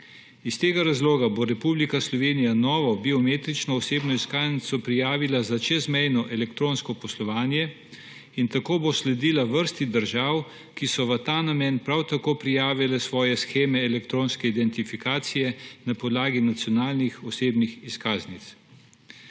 Iz tega razloga bo Republika Slovenija novo biometrično osebno izkaznico prijavila za čezmejno elektronsko poslovanje, in tako bo sledila vrsti držav, ki so v ta namen prav tako prijavile svoje sheme elektronske identifikacije na podlagi nacionalnih osebnih izkaznic.